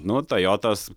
nu tojotos